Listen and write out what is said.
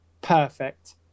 Perfect